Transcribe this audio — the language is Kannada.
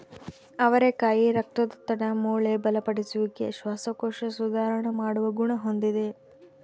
ಅವರೆಕಾಯಿ ರಕ್ತದೊತ್ತಡ, ಮೂಳೆ ಬಲಪಡಿಸುವಿಕೆ, ಶ್ವಾಸಕೋಶ ಸುಧಾರಣ ಮಾಡುವ ಗುಣ ಹೊಂದಿದೆ